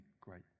great